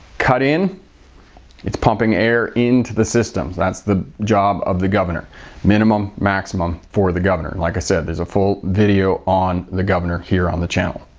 cut in its pumping air into the system. that's the job of the governor minimum maximum for the governor. like i said, there's a full video on the governor here on the channel.